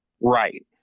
Right